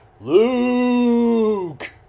Luke